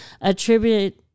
attribute